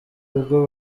ubwo